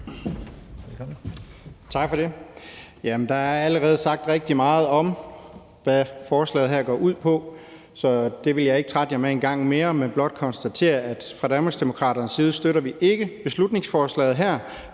Tak for det. Der er allerede sagt rigtig meget om, hvad forslaget her går ud på. Så det vil jeg ikke trætte jer med en gang mere, men jeg vil blot konstatere, at fra Danmarksdemokraternes side støtter vi ikke beslutningsforslaget her.